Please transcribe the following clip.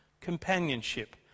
companionship